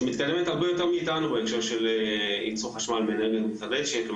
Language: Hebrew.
שהיא מתקדמת הרבה יותר מאיתנו בהקשר של ייצור חשמל ואנרגיה מתחדשת,